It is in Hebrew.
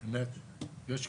אז,